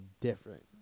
different